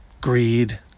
greed